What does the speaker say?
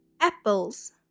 apples